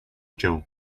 cię